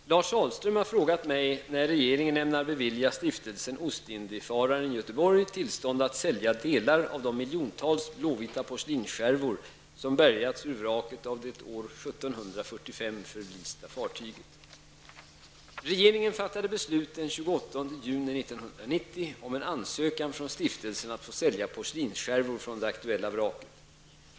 Herr talman! Lars Ahlström har frågat mig när regeringen ämnar bevilja Stiftelsen Ostindienfararen Götheborg tillstånd att sälja delar av de miljontals blåvita porslinsskärvor som bärgats ur vraket av det år 1745 förlista fartyget. Regeringen fattade beslut den 28 juni 1990 om en ansökan från stiftelsen om att få sälja porslinsskärvor från det aktuella vraket.